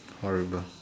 horrible